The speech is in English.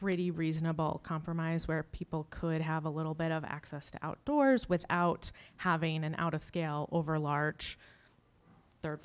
pretty reasonable compromise where people could have a little bit of access to outdoors without having an out of scale over a large third